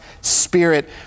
spirit